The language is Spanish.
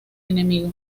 enemigo